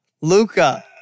Luca